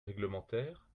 réglementaire